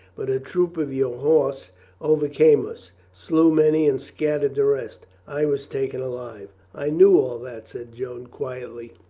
but a troop of your horse overcame us, slew many and scattered the rest. i was taken alive. i knew all that, said joan quietly,